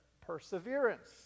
perseverance